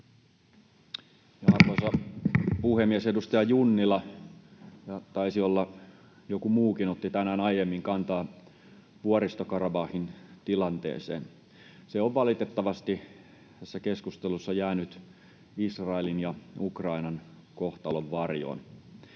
Arvoisa puhemies! Edustaja Junnila, ja taisi olla joku muukin, otti tänään aiemmin kantaa Vuoristo-Karabahin tilanteeseen. Se on valitettavasti tässä keskustelussa jäänyt Israelin ja Ukrainan kohtalon varjoon.